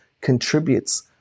contributes